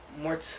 more